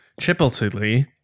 chipotle